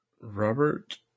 Robert